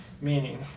meaning